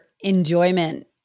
enjoyment